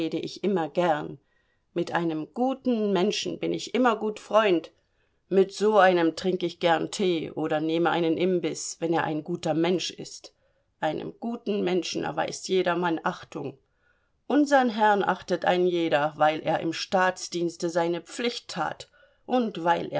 ich immer gern mit einem guten menschen bin ich immer gut freund mit so einem trink ich gern tee oder nehme einen imbiß wenn er ein guter mensch ist einem guten menschen erweist jedermann achtung unsern herrn achtet ein jeder weil er im staatsdienste seine pflicht tat und weil